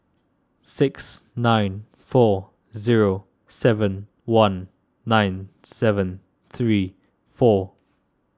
six nine four zero seven one nine seven three four